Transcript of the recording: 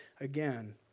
again